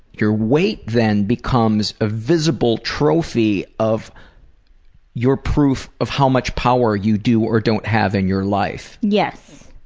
your weight then becomes a visible trophy of your proof of how much power you do or don't have in your life. yes.